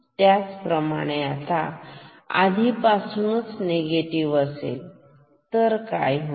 त्याच प्रमाणे आता आधीपासूनच निगेटिव्ह असेल तर काय होईल